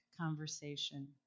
conversation